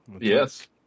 Yes